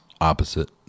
Opposite